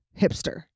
hipster